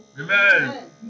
Amen